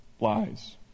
lies